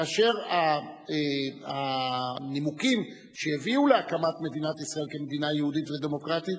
כאשר הנימוקים שהביאו להקמת מדינת ישראל כמדינה יהודית ודמוקרטית